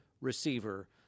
receiver